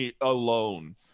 alone